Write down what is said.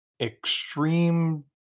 extreme